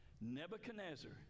Nebuchadnezzar